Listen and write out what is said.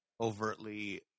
overtly